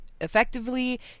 effectively